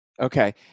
Okay